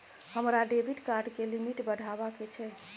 हमरा debit card के limit बढावा के छै